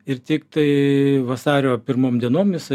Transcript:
ir tiktai vasario pirmom dienom jisai